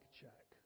check